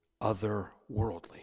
otherworldly